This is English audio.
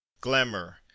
Glamour